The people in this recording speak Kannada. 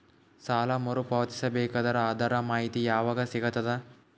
ಸಾಲ ಮರು ಪಾವತಿಸಬೇಕಾದರ ಅದರ್ ಮಾಹಿತಿ ಯವಾಗ ಸಿಗತದ?